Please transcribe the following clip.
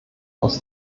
aus